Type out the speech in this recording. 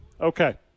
Okay